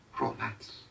Romance